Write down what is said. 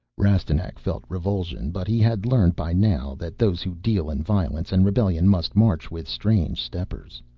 rastignac felt revulsion but he had learned by now that those who deal in violence and rebellion must march with strange steppers.